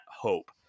hope